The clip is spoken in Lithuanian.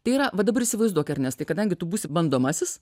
tai yra va dabar įsivaizduok ernestui kadangi tu būsi bandomasis